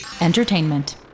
Entertainment